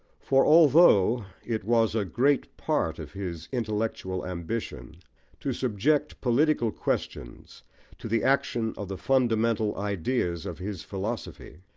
for although it was a great part of his intellectual ambition to subject political questions to the action of the fundamental ideas of his philosophy,